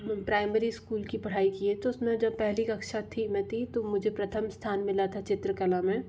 primary school की पढ़ाई की है तो उस में जो पहली कक्षा थी मैं थी तो मुझे प्रथम स्थान मिला था चित्रकला में